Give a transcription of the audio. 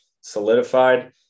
solidified